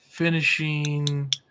Finishing